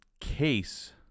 case